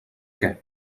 què